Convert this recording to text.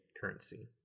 currency